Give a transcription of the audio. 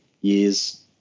years